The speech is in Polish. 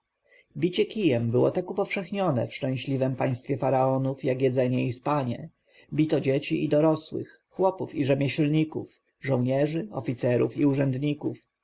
bicie kijem było tak upowszechnione w szczęśliwem państwie faraonów jak jedzenie i spanie bito dzieci i dorosłych chłopów rzemieślników żołnierzy oficerów i urzędników